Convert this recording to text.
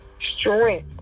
strength